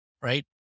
right